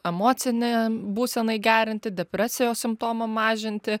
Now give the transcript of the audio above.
emocinė būsenai gerinti depresijos simptomam mažinti